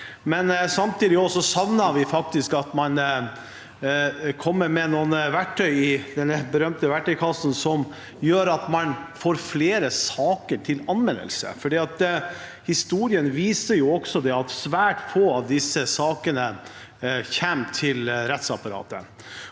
Samtidig savner vi faktisk at man kommer med noen verktøy i denne berømte verktøykassen som gjør at man får flere saker til anmeldelse, for historien viser også at svært få av disse sakene kommer til rettsapparatet.